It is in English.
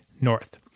north